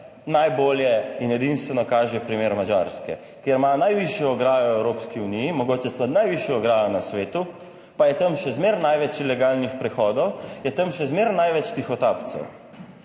najbolje in edinstveno kaže primer Madžarske, kjer imajo najvišjo ograjo v Evropski uniji, mogoče celo najvišjo ograjo na svetu, pa je tam še zmeraj največ ilegalnih prehodov, je tam še zmeraj največ tihotapcev